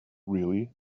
really